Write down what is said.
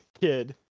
kid